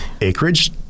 Acreage